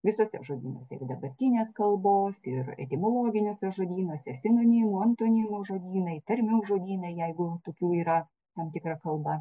visuose žodynuose ir dabartinės kalbos ir etimologiniuose žodynuose sinonimų antonimų žodynai tarmių žodynai jeigu tokių yra tam tikra kalba